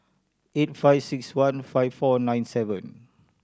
eight five six one five four nine seven